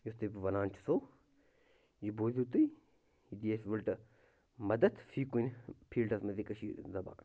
یُتھ تۅہہِ بہٕ وَنان چھُسو یہِ بوٗزِو تُہۍ یہِ دِیہِ اَسہِ وُلٹہٕ مَدد فی کُنہِ فیٖلڈَس منٛز یہِ کٔشیٖرِ ہٕنٛز زَبان چھِ